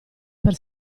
per